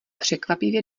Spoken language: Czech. překvapivě